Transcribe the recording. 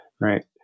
Right